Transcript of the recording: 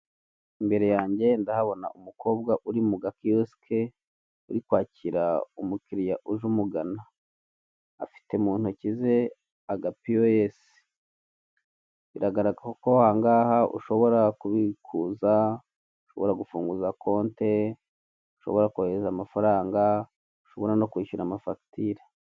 Imbere yanjye ndahabona umukobwa uri mu gakiyosye uri kwakira umukiliya uje umugana, afite mu ntoki ze agapiyese, biragaragara ko aha ngaha ushobora kubikuza, ushobora gufunguza konte, ushobora kohereza amafaranga, ushobora no kwishyura fagitire.